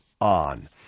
on